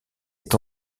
est